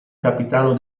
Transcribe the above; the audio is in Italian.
capitano